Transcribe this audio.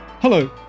Hello